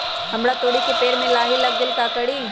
हमरा तोरी के पेड़ में लाही लग गेल है का करी?